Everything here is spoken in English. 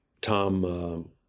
Tom